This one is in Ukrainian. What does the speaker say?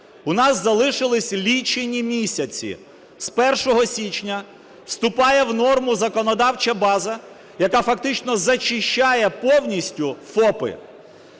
У нас залишились лічені місяці. З 1 січня вступає в норму законодавча база, яка фактично зачищає повністю ФОПи.